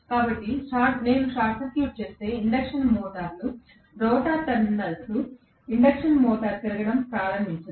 కాబట్టి నేను short circuit చేస్తే ఇండక్షన్ మోటార్లు రోటర్ టెర్మినల్స్ ఇండక్షన్ మోటారు తిరగడం ప్రారంభించదు